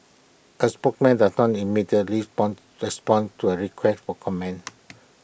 A spokesman did not immediately respond respond to A request for comments